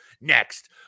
next